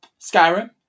Skyrim